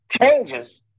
changes